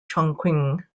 chongqing